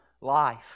life